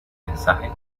mensaje